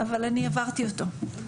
אבל אני עברתי איתו.